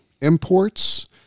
imports